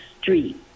street